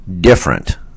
different